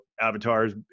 avatars